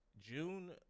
June